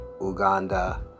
Uganda